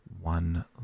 one